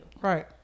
Right